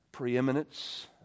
Preeminence